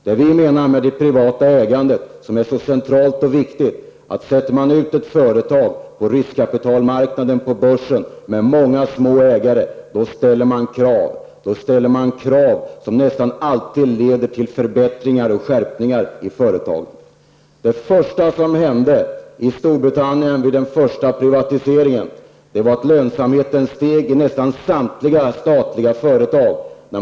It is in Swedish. Det vi menar är så centralt och viktigt med privat ägande är att man, när ett företag kommer ut på den privata riskkapitalmarknaden, på börsen, med många små ägare, ställer krav. Man ställer krav som nästan alltid leder till förbättringar och skärpningar i företagen. Det första som hände i Storbritannien när man började privatisera var att lönsamheten steg i nästan samtliga statliga företag.